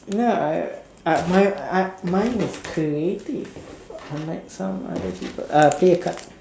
ya I mine uh mine is creative unlike some other people uh play a card